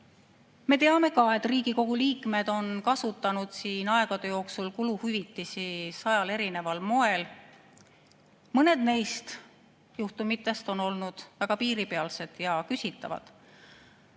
Me teame ka, et Riigikogu liikmed on kasutanud siin aegade jooksul kuluhüvitisi sajal erineval moel. Mõned neist juhtumitest on olnud väga piiripealsed ja küsitavad.